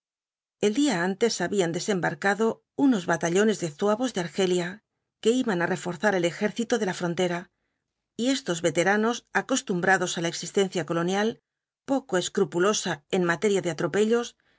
el día antes habían desembarcado unos batallones de zuavos de argelia que iban á reforzar el ejército de la frontera y estos veteranos acostumbrados á la existencia colonial poco escrupulosa en materia de atropellos